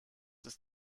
ist